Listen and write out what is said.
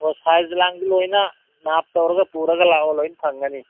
ꯑꯣ ꯁꯥꯏꯖ ꯂꯥꯡꯁꯨ ꯂꯣꯏꯅ ꯅꯥꯞ ꯇꯧꯔꯒ ꯄꯨꯔꯒ ꯂꯥꯛꯑꯣ ꯂꯣꯏꯅ ꯐꯪꯒꯅꯤ